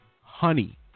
honey